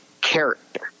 character